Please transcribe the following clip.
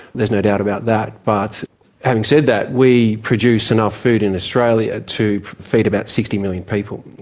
there's no doubt about that. but having said that, we produce enough food in australia to feed about sixty million people.